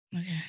Okay